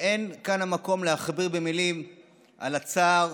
לא כאן המקום להכביר מילים על הצער,